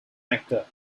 actor